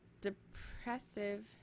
depressive